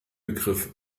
begriff